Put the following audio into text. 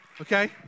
Okay